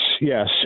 yes